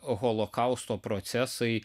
holokausto procesai